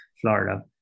Florida